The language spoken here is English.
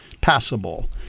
passable